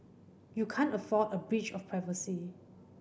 you can't afford a breach of privacy